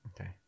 okay